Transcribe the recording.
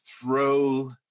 throw